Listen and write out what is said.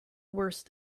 worse